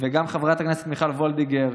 גם חברת הכנסת מיכל וולדיגר,